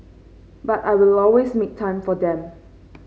but I will always make time for them